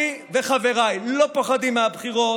אני וחבריי לא פוחדים מהבחירות.